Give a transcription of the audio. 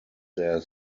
their